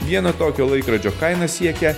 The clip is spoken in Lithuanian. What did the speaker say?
vieno tokio laikrodžio kaina siekia